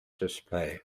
display